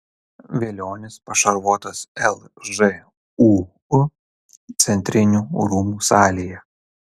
velionis pašarvotas lžūu centrinių rūmų salėje